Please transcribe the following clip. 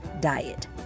diet